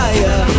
Fire